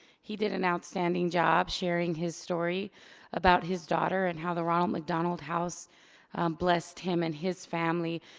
he did an outstanding job sharing his story about his daughter and how the ronald mcdonald house blessed him and his family.